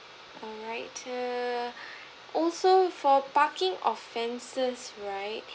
alright err also for parking offences right